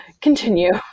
Continue